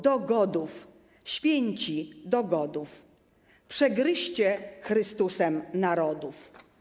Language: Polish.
Do godów, święci, do godów,/ Przegryźcie/ Chrystusem Narodów!